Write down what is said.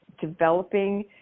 developing